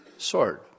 sword